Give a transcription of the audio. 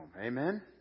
Amen